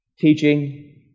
teaching